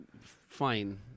fine